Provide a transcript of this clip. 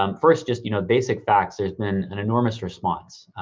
um first, just you know basic facts, there's been an enormous response.